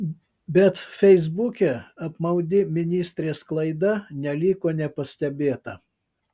bet feisbuke apmaudi ministrės klaida neliko nepastebėta